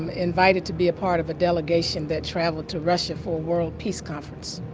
invited to be a part of a delegation that traveled to russia for a world peace conference.